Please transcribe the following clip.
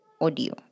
audio